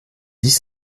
dix